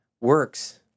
works